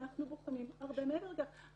אנחנו בוחנים הרבה מעבר לכך.